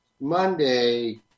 Monday